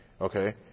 Okay